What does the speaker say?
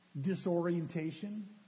Disorientation